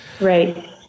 Right